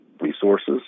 resources